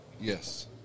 Yes